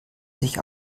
sich